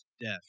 death